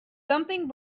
something